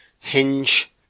hinge